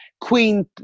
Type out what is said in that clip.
queen